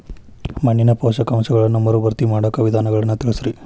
ಮಣ್ಣಿನ ಪೋಷಕಾಂಶಗಳನ್ನ ಮರುಭರ್ತಿ ಮಾಡಾಕ ವಿಧಾನಗಳನ್ನ ತಿಳಸ್ರಿ